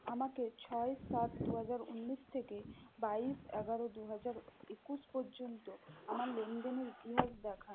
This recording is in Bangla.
আমাকে ছয় সাত দু হাজার ঊনিশ থেকে বাইশ এগারো দু হাজার একুশ পর্যন্ত আমার লেনদেনের ইতিহাস দেখান